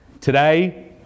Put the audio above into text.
Today